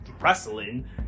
wrestling